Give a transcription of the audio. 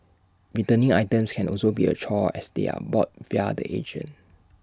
returning items can also be A chore as they are bought via the agent